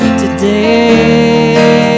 today